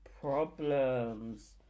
problems